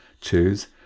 choose